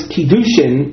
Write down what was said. Kiddushin